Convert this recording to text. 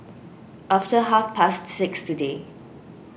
after half past six today